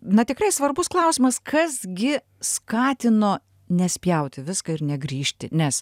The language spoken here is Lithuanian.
na tikrai svarbus klausimas kas gi skatino nespjaut į viską ir negrįžti nes